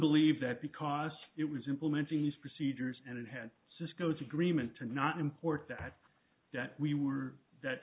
believe that because it was implementing these procedures and it had cisco's agreement to not import that that we were that